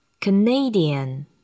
Canadian